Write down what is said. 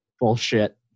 Bullshit